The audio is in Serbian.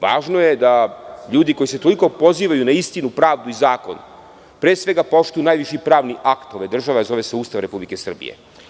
Važno je da ljudi koji se toliko pozivaju na istinu, pravdu i zakon, pre svega poštuju najviši pravni akt ove države a zove se Ustav Republike Srbije.